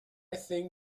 think